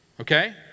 okay